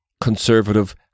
conservative